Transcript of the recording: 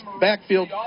backfield